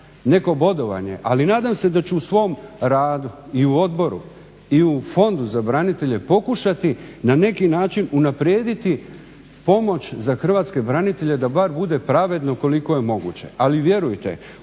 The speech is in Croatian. neko bodovanje, ali nadam se da ću u svom radu i u odboru i u Fondu za branitelje pokušati na neki način unaprijediti pomoć za hrvatske branitelje da bar bude pravedno koliko je moguće. Ali vjerujte,